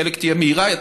חלק תהיה מהירה יותר,